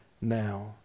now